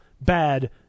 bad